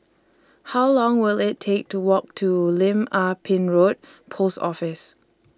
How Long Will IT Take to Walk to Lim Ah Pin Road Post Office